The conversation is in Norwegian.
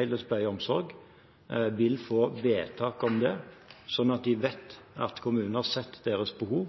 heldøgns pleie og omsorg, vil få vedtak om det. Da vet de at kommunen har sett deres behov,